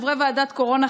חברי ועדת קורונה,